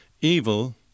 Evil